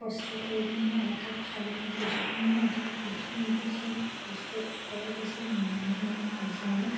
কষ্ট কৰি পিনে মই এটা ভাল কাম কৰিছোঁ কিন্তু মই এটা সুখীও যে সেই কষ্টটো কৰাৰ পিছত মই নিজৰ